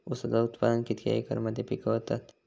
ऊसाचा उत्पादन कितक्या एकर मध्ये पिकवतत?